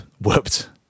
Whooped